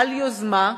בעל יוזמה,